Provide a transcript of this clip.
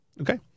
Okay